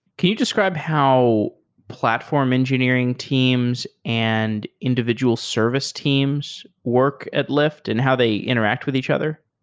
can you describe how platform engineering teams and individual service teams work at lyft and how they interact with each other?